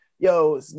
Yo